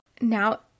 Now